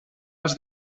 els